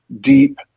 deep